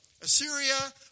Assyria